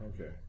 Okay